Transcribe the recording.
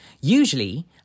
usually